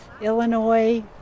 Illinois